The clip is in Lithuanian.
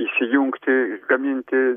įsijungti gaminti